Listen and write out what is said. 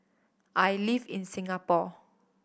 I live in Singapore